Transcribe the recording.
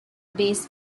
base